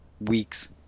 weeks